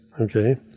Okay